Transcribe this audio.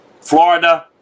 Florida